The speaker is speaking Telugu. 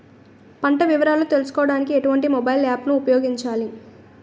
పంట వివరాలు తెలుసుకోడానికి ఎటువంటి మొబైల్ యాప్ ను ఉపయోగించాలి?